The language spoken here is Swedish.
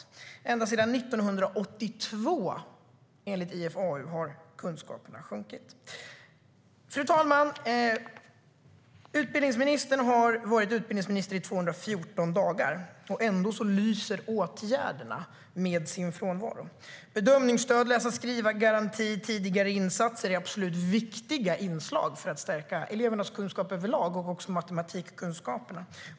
Enligt IFAU har kunskaperna sjunkit ända sedan 1982.Bedömningsstöd, läsa-skriva-garanti och tidiga insatser är absolut viktiga inslag för att stärka elevernas kunskap överlag och också matematikkunskaperna.